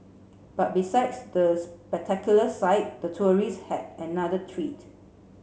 but besides the spectacular sight the tourist had another treat